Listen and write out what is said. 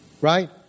Right